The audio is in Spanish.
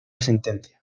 sentencia